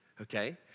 Okay